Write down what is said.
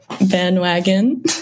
bandwagon